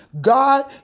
God